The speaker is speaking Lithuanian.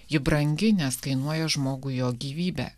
ji brangi nes kainuoja žmogų jo gyvybę